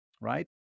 right